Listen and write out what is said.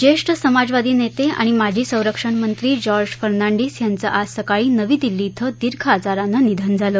ज्येष्ठ समाजवादी नेते आणि माजी संरक्षण मंत्री जॉर्ज फर्नांडिस यांचं आज सकाळी नवी दिल्ली इथं दीर्घ आजारानं निधन झालं